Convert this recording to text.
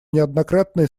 неоднократные